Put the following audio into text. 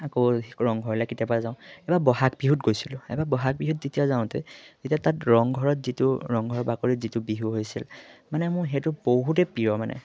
আকৌ ৰংঘৰলৈ কেতিয়াবা যাওঁ এবাৰ বহাগ বিহুত গৈছিলোঁ এবাৰ বহাগ বিহুত যেতিয়া যাওঁতে তেতিয়া তাত ৰংঘৰত যিটো ৰংঘৰৰ বাকৰিত যিটো বিহু হৈছিল মানে মোৰ সেইটো বহুতে প্ৰিয় মানে